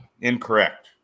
incorrect